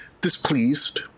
displeased